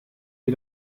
wie